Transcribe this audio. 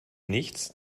nichts